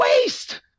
waste